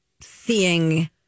seeing